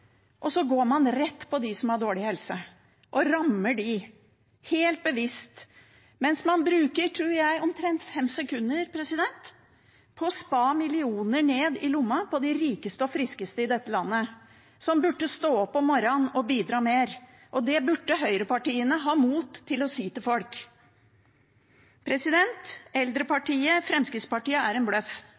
Og så går man rett på dem som har dårlig helse og rammer dem helt bevisst, mens man bruker, tror jeg, ca. fem sekunder på å spa millioner ned i lomma på de rikeste og friskeste i dette landet, som burde stå opp om morgenen og bidra mer. Det burde høyrepartiene ha mot til å si til folk. Eldrepartiet Fremskrittspartiet er en bløff.